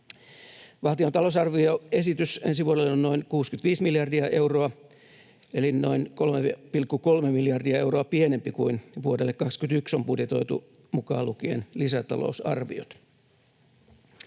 Valtion talousarvioesitys ensi vuodelle on noin 65 miljardia euroa eli noin 3,3 miljardia euroa pienempi kuin vuodelle 21 on budjetoitu, mukaan lukien lisätalousarviot.